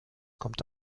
kommt